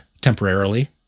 temporarily